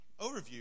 Overview